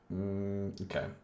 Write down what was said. Okay